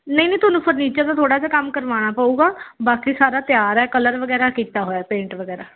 ਨਹੀਂ ਨਹੀਂ ਤੁਹਾਨੂੰ ਫਰਨੀਚਰ ਤਾਂ ਥੋੜ੍ਹਾ ਜਿਹਾ ਕੰਮ ਕਰਵਾਉਣਾ ਪਵੇਗਾ ਬਾਕੀ ਸਾਰਾ ਤਿਆਰ ਹੈ ਕਲਰ ਵਗੈਰਾ ਕੀਤਾ ਹੋਇਆ ਪੇਂਟ ਵਗੈਰਾ